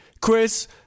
Chris